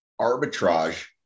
arbitrage